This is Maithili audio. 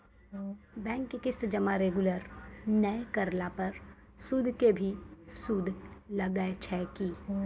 बैंक के किस्त जमा रेगुलर नै करला पर सुद के भी सुद लागै छै कि?